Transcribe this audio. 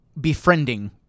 befriending